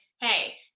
hey